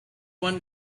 one